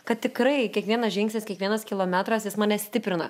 kad tikrai kiekvienas žingsnis kiekvienas kilometras jis mane stiprina